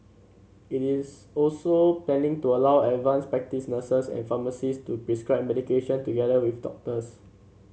it is also planning to allow advanced practice nurses and pharmacists to prescribe medication together with doctors